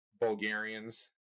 Bulgarians